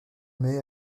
mai